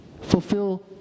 Fulfill